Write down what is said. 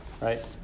right